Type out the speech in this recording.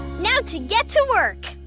now to get to work!